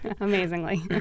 amazingly